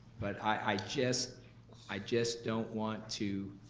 but i just i just don't want to